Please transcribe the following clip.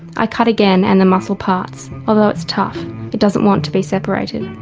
i cut again and the muscle parts, although it's tough it doesn't want to be separated.